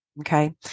Okay